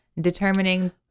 Determining